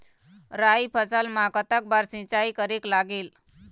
राई फसल मा कतक बार सिचाई करेक लागेल?